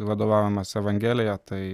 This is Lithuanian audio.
vadovaujamės evangelija tai